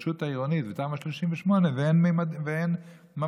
ההתחדשות העירונית ותמ"א 38 ואין ממ"דים?